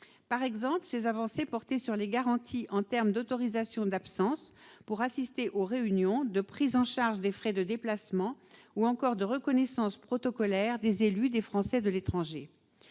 mai dernier. Ces avancées portent notamment sur les garanties en termes d'autorisation d'absence pour assister aux réunions, de prise en charge des frais de déplacement et de reconnaissance protocolaire des élus des Français de l'étranger.